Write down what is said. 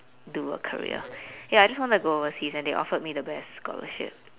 do a career ya I just wanted to go overseas and they offered me the best scholarship